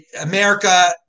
America